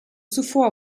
zuvor